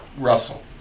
Russell